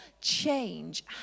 change